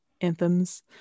anthems